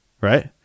right